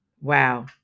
Wow